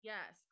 Yes